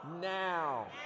Now